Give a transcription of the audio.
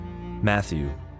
Matthew